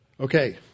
Okay